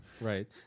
Right